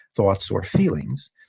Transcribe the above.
thoughts, or feelings.